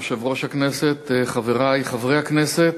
יושב-ראש הכנסת, חברי חברי הכנסת,